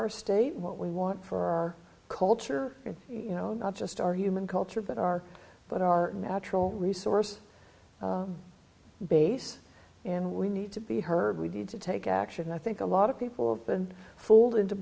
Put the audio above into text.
our state what we want for our culture and you know not just our human culture but our but our natural resource base and we need to be heard we need to take action i think a lot of people have been fooled into